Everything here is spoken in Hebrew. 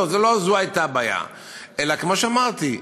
לא, לא זו הייתה הבעיה, אלא, כמו שאמרתי,